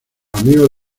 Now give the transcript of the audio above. amigos